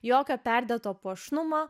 jokio perdėto puošnumo